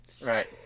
Right